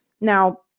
Now